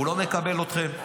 הוא לא מקבל אתכם,